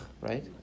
right